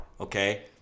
okay